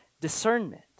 discernment